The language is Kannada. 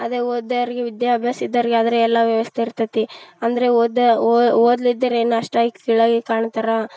ಅದೇ ಓದಿದೊವ್ರಿಗೆ ವಿದ್ಯಾಭ್ಯಾಸ ಇದ್ದವ್ರಿಗಾದ್ರೆ ಎಲ್ಲ ವ್ಯವಸ್ಥೆ ಇರ್ತದೆ ಅಂದರೆ ಓದು ಓದದಿದ್ದೋರ್ ಏನು ಅಷ್ಟೆ ಕೀಳಾಗಿ ಕಾಣ್ತಾರೆ